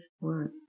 work